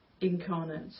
incarnate